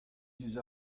diouzh